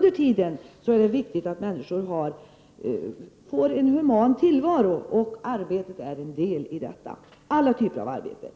Det är viktigt att människor under tiden har en human tillvaro, och arbetet är en del i detta — alla typer av arbete.